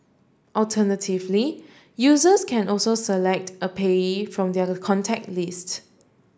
alternatively users can also select a payee from their contact list